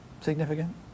significant